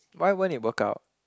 why won't it work out